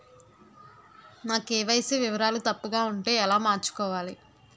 నా కే.వై.సీ వివరాలు తప్పుగా ఉంటే ఎలా మార్చుకోవాలి?